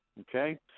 okay